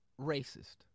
racist